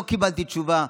לא קיבלתי תשובה.